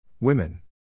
Women